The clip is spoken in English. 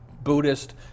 Buddhist